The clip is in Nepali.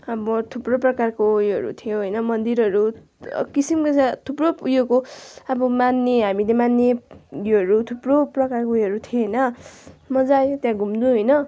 अब थुप्रो प्रकारको उयोहरू थियो होइन मन्दिरहरू किसिम किसिमको थुप्रो उयोको अब मान्ने हामीले मान्ने उयोहरू थुप्रो प्रकारको उयोहरू थियो होइन मज्जा आयो त्यहाँ घुम्नु होइन